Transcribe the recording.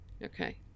okay